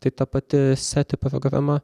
tai ta pati seti programa